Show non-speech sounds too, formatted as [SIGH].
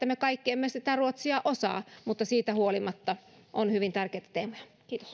[UNINTELLIGIBLE] me kaikki emme sitä ruotsia osaa mutta siitä huolimatta tämä on hyvin tärkeä teema kiitos [UNINTELLIGIBLE]